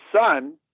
son